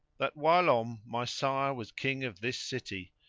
that whilome my sire was king of this city,